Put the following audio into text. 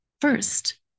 first